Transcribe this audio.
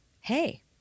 hey